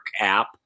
app